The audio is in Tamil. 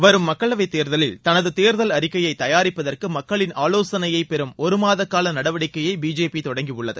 வரும் மக்களவை தேர்தலில் தேர்தல் அறிக்கையை தயாரிப்பதற்கு மக்களின் ஆலோசனையை பெறும் ஒரு மாத கால நடவடிக்கையை பிஜேபியை தொடங்கியுள்ளது